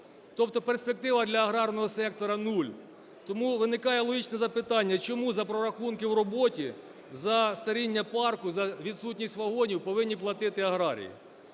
тобто перспектива для аграрного сектору – нуль. Тому виникає логічне запитання: чому за прорахунки в роботі, за старіння парку, за відсутність вагонів повинні платити аграрії?